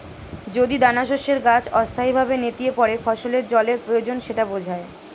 যদি দানাশস্যের গাছ অস্থায়ীভাবে নেতিয়ে পড়ে ফসলের জলের প্রয়োজন সেটা বোঝায়